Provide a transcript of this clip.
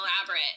elaborate